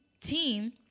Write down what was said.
team